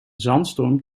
zandstorm